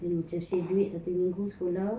then macam save duit satu minggu sekolah